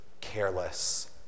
careless